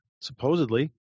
supposedly